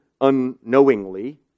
unknowingly